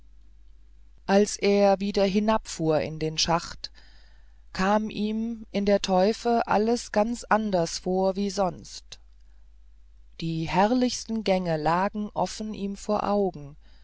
als er wieder hinabfuhr in den schacht kam ihm in der teufe alles ganz anders vor wie sonst die herrlichsten gänge lagen offen ihm vor augen